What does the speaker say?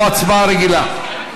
או הצבעה רגילה?